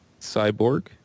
Cyborg